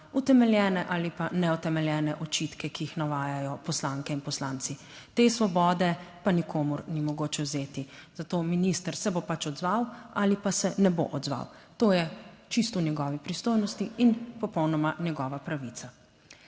utemeljene ali pa neutemeljene očitke, ki jih navajajo poslanke in poslanci. Te svobode pa nikomur ni mogoče vzeti. Za to minister se bo pač odzval ali pa se ne bo odzval, to je čisto v njegovi pristojnosti in popolnoma njegova pravica.